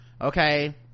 Okay